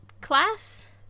class